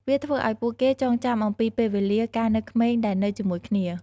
វាធ្វើឲ្យពួកគេចងចាំអំពីពេលវេលាកាលនៅក្មេងដែលនៅជាមួយគ្នា។